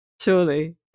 surely